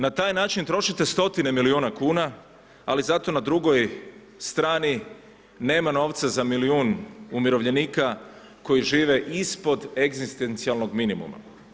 Na taj način trošite 100-tine milijuna kuna, ali zato na drugoj strani nema novca za milijun umirovljenika koji žive ispod egzistencijalnog minimuma.